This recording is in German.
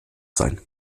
sein